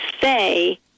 say